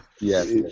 yes